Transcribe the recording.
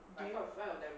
do you